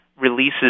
releases